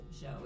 show